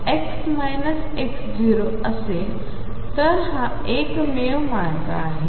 असेल तर हा एकमेव मार्ग आहे